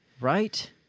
Right